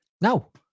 No